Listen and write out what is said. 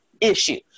issue